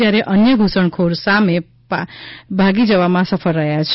જયારે અન્ય ધૂસણખોર સામે પાર ભાગી જવામાં સફળ રહ્યા છે